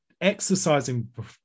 exercising